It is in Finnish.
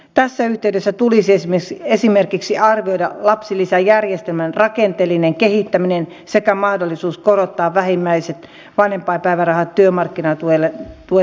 tässä yhteydessä tulisi esimerkiksi arvioida lapsilisäjärjestelmän rakenteellinen kehittäminen sekä mahdollisuus korottaa vähimmäisvanhempainpäiväraha työmarkkinatuen tasolle